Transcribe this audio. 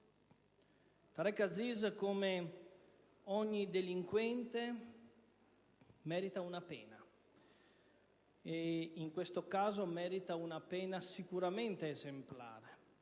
Tareq Aziz, come ogni delinquente, merita una pena, e in questo caso una pena sicuramente esemplare.